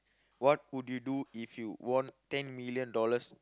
what would you do if you won ten million dollars